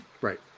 Right